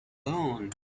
alone